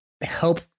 help